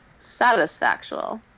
Satisfactual